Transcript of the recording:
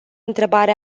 întrebare